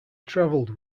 traveled